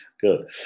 Good